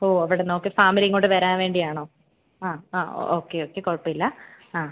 ഓ അവിടുന്ന് okay family ഇങ്ങോട്ട് വരാൻ വേണ്ടിയാണോ ആ ആ ഓക്കെ ഓക്കെ കുഴപ്പം ഇല്ല ആ